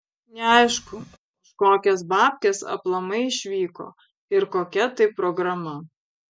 neaišku už kokias babkes aplamai išvyko ir kokia tai programa